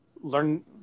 learn